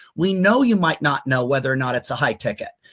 we know you might not know whether or not it's a high ticket,